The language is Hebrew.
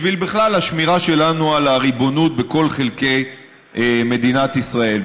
בשביל בכלל השמירה שלנו על הריבונות בכל חלקי מדינת ישראל.